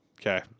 Okay